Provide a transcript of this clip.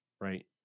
right